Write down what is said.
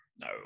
No